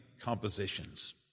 compositions